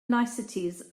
niceties